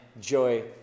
joy